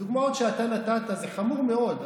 בדוגמאות שאתה נתת זה חמור מאוד,